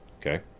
okay